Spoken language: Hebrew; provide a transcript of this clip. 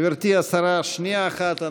גברתי השרה, שנייה אחת.